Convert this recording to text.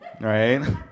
right